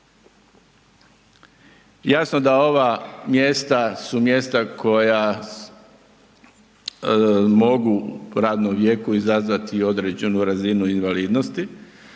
Jasno da ova mjesta su mjesta koja mogu u radnom vijeku izazvati i određenu razinu invalidnosti.